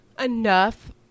enough